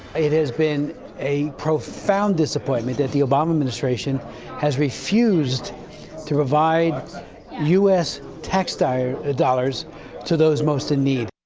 it has been a profound disappointment that the obama administration has refused to provide u s. tax dollars ah dollars to those most in need.